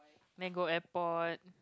then go airport